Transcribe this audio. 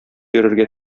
йөрергә